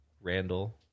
Randall